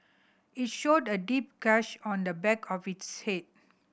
it showed a deep gash on the back of his head